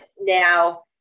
Now